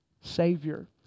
Savior